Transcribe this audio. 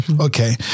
Okay